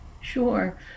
Sure